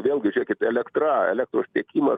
vėlgi žėkit elektra elektros tiekimas